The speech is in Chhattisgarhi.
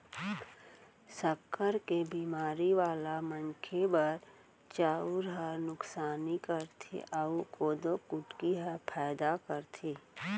सक्कर के बेमारी वाला मनखे बर चउर ह नुकसानी करथे अउ कोदो कुटकी ह फायदा करथे